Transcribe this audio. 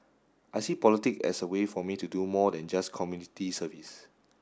I see politic as a way for me to do more than just community service